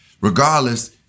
Regardless